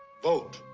vote.